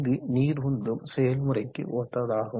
இது நீர் உந்தும் செயல்முறைக்கு ஒத்ததாகும்